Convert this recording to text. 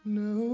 no